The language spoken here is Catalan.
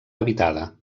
habitada